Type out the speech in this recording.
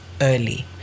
early